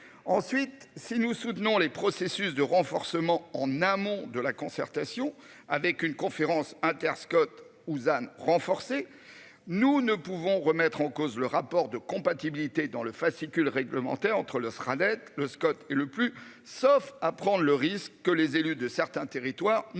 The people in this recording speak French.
Ensuite, si nous soutenons les processus de renforcement en amont de la concertation avec une conférence inter-Scott Uzan renforcée. Nous ne pouvons remettre en cause le rapport de compatibilité, dans le fascicule. Entre le Fradette le Scott et le plus sauf à prendre le risque que les élus de certains territoires ne